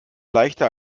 leichter